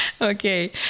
Okay